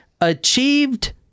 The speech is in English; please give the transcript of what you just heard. achieved